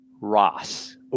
Ross